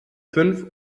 fünf